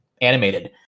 animated